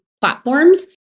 platforms